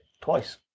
twice